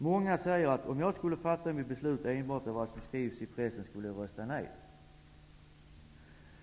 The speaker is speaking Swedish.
Många säger att om de skulle fatta sitt beslut enbart mot bakgrund av vad som skrivs i pressen skulle de rösta nej.